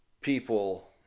people